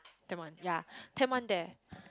tent one ya tent one there